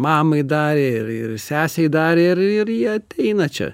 mamai darė ir ir sesei dar ir ir jie ateina čia